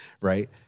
right